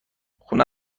خونه